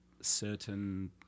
certain